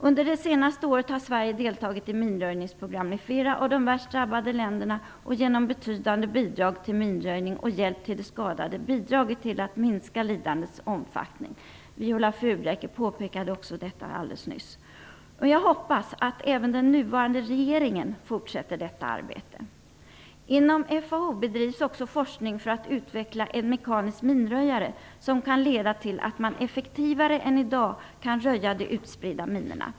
Under det senaste året har Sverige deltagit i minröjningsprogram med flera av de värst drabbade länderna och genom betydande bidrag till minröjning och hjälp till de skadade bidragit till att minska lidandets omfattning. Viola Furubjelke påpekade också detta alldeles nyss. Jag hoppas att även den nuvarande regeringen fortsätter detta arbete. Inom FAO bedrivs också forskning för att utveckla en mekanisk minröjare, vilket kan leda till att man effektivare än i dag kan röja de utspridda minorna.